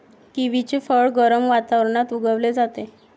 किवीचे फळ गरम वातावरणात उगवले जाते